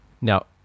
Now